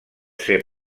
ser